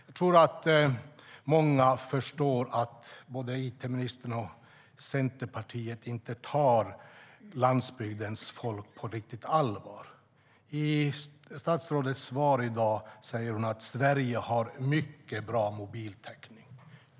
Jag tror att många förstår att it-ministern och Centerpartiet inte tar landsbygdens folk riktigt på allvar. I statsrådets svar i dag säger hon att Sverige har mycket bra mobiltäckning.